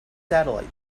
satellite